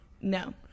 no